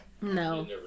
no